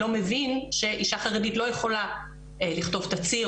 לא מבין שאישה חרדית לא יכולה לכתוב תצהיר,